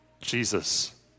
Jesus